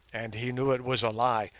and he knew it was a lie,